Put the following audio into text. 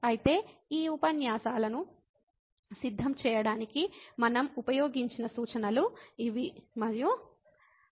కాబట్టి ఈ ఉపన్యాసాలను సిద్ధం చేయడానికి మనం ఉపయోగించిన రెఫరెన్సెస్ ఇవి